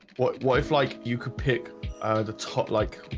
what wife like you could pick the top like?